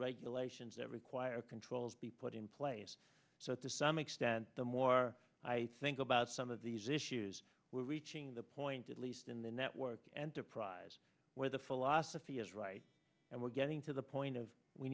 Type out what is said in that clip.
regulations that require controls be put in place so to some extent the more i think about some of these issues we're reaching the point at least in the network enterprise where the full the fee is right and we're getting to the point of we